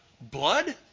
blood